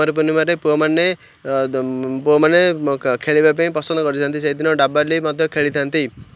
କୁମାର ପୂର୍ଣ୍ଣିମାରେ ପୁଅମାନେ ପୁଅମାନେ ଖେଳିବା ପାଇଁ ପସନ୍ଦ କରିଥାନ୍ତି ସେଇଦିନ ଡାବାଲି ମଧ୍ୟ ଖେଳିଥାନ୍ତି